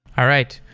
all right.